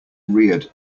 reared